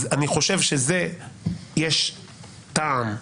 אני חושב שלזה יש טעם,